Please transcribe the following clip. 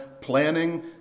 planning